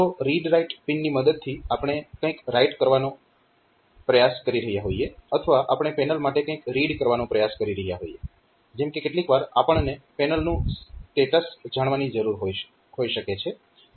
તો read write પિનની મદદથી આપણે કંઈક રાઈટ કરવાનો પ્રયાસ કરી રહ્યા હોઈએ અથવા આપણે પેનલ માટે કંઈક રીડ કરવાનો પ્રયાસ કરી રહ્યા હોઈએ જેમ કે કેટલીકવાર આપણને પેનલનું સ્ટેટસ જાણવાની જરૂર હોય શકે છે